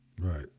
Right